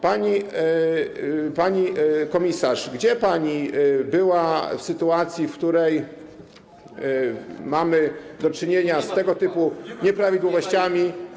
Pani komisarz, gdzie pani była w sytuacji, w której mieliśmy do czynienia z tego typu nieprawidłowościami.